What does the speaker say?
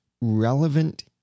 relevant